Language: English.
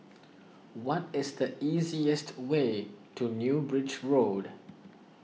what is the easiest way to New Bridge Road